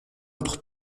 autre